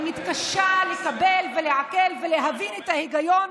מתקשה לקבל ולעכל ולהבין את ההיגיון